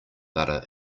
butter